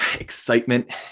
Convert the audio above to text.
excitement